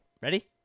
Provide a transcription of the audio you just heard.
Ready